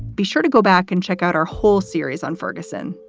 be sure to go back and check out our whole series on ferguson.